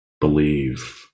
believe